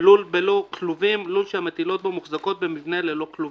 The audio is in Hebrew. "לול בלא כלובים" לול שהמטילות בו מוחזקות במבנה בלא כלובים,